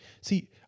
see